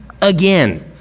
again